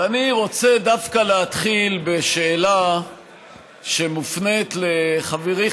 ואני רוצה דווקא להתחיל בשאלה שמופנית לחברי,